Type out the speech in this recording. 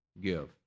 give